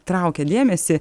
traukia dėmesį